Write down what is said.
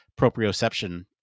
proprioception